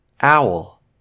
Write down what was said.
Owl